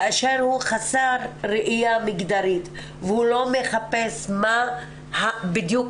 כאשר הוא חסר ראייה מגדרית והוא לא מחפש בדיוק